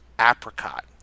Apricot